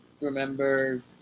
remember